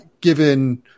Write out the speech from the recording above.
Given